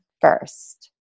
first